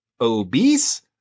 obese